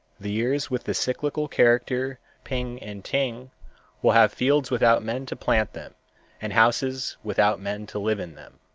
the years with the cyclical character ping and ting will have fields without men to plant them and houses without men to live in them.